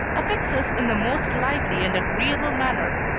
affects us in the most lively and agreeable manner.